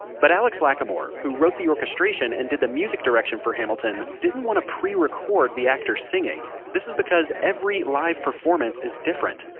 but alex lacamoire, who wrote the orchestration and did the music direction for hamilton, didn't want to pre-record the actor singing. this is because every live performance is different.